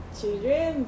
children